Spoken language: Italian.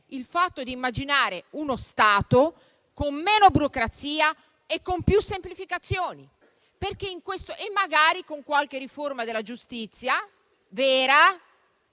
al fatto di immaginare uno Stato con meno burocrazia e più semplificazioni e magari con qualche riforma della giustizia vera,